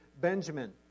Benjamin